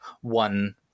one